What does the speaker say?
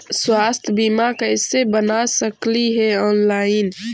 स्वास्थ्य बीमा कैसे बना सकली हे ऑनलाइन?